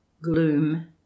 gloom